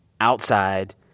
outside